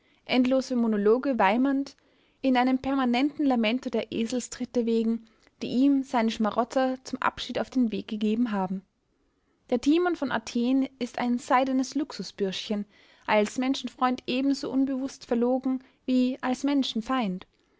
endlose monologe weimernd in einem permanenten lamento der eselstritte wegen die ihm seine schmarotzer zum abschied auf den weg gegeben haben der timon von athen ist ein seidenes luxusbürschchen als menschenfreund ebenso unbewußt verlogen wie als menschenfeind